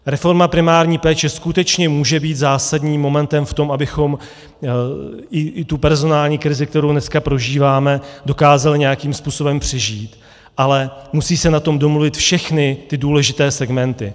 Reforma primární péče skutečně může být zásadním momentem v tom, abychom i tu personální krizi, kterou dneska prožíváme, dokázali nějakým způsobem přežít, ale musí se na tom domluvit všechny důležité segmenty.